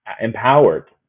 empowered